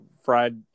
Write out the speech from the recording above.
fried